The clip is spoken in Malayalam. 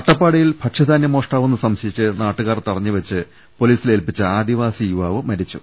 അട്ടപ്പാടിയിൽ ഭക്ഷ്യധാനൃ മോഷ്ടാവെന്നു സംശയിച്ചു നാട്ടുകാർ തടഞ്ഞുവച്ചു പോലീസിൽഏൽപ്പിച്ച ആദിവാസി യുവാവ് മരിച്ചു